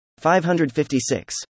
556